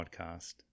podcast